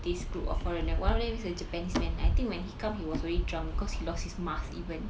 this group of foreigner one of them is a japanese man I think when he come he was already drunk because he lost his mask even